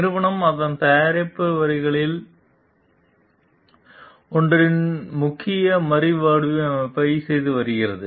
நிறுவனம் அதன் தயாரிப்பு வரிகளில் ஒன்றின் முக்கிய மறுவடிவமைப்பை செய்து வருகிறது